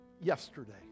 yesterday